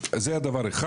זה דבר אחד,